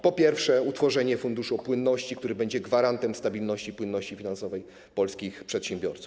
Po pierwsze, utworzenie funduszu płynności, który będzie gwarantem stabilności i płynności finansowej polskich przedsiębiorców.